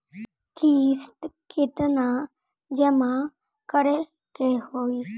किस्त केतना जमा करे के होई?